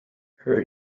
her